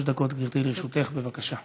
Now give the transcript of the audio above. שלוש דקות, גברתי, לרשותך, בבקשה.